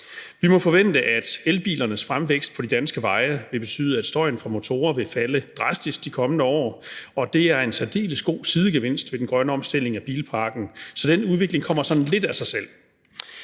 Vi må forvente, at elbilernes fremvækst på de danske veje vil betyde, at støjen fra motorer vil mindskes drastisk de kommende år, og det er en særdeles god sidegevinst ved den grønne omstilling af bilparken. Så den udvikling kommer sådan lidt af sig selv.